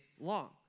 long